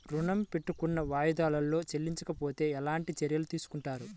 ఋణము పెట్టుకున్న వాయిదాలలో చెల్లించకపోతే ఎలాంటి చర్యలు తీసుకుంటారు?